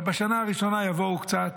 בשנה הראשונה יבואו קצת,